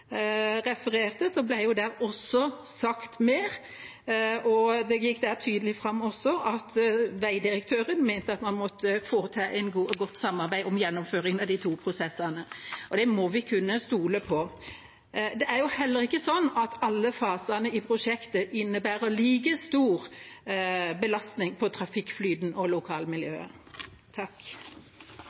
refererte, ble det også sagt mer, og det gikk der tydelig fram at vegdirektøren mente at man måtte få til et godt samarbeid om gjennomføring av de to prosessene. Det må vi kunne stole på. Det er heller ikke sånn at alle fasene i prosjektet innebærer like stor belastning på trafikkflyten og lokalmiljøet.